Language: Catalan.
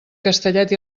castellet